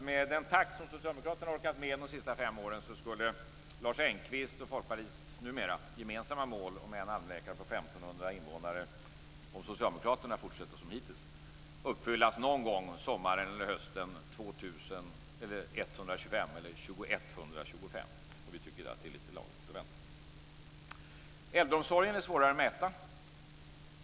Med den takt som Socialdemokraterna orkat med de sista fem åren skulle Lars Socialdemokraterna fortsätter som hittills - uppfyllas någon gång sommaren eller hösten 2125. Vi tycker att det är lite långt att vänta. Äldreomsorgen är svårare att mäta.